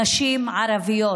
נשים ערביות,